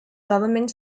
government